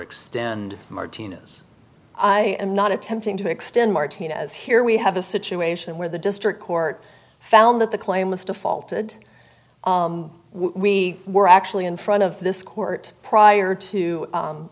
extend martina's i am not attempting to extend martinez here we have a situation where the district court found that the claim was defaulted we were actually in front of this court prior to